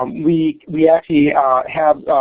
um we we actually have